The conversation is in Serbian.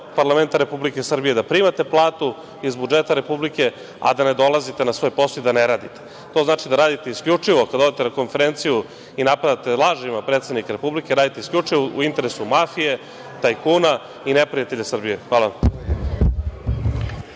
parlamenta Republike Srbije, da primate platu iz budžeta republike, a da ne dolazite na svoj posao i da ne radite. To znači da radite, isključivo kada odete na konferenciju i napadate lažima, predsednika republike, radite isključivo u interesu mafije, tajkuna i neprijatelja Srbije. Hvala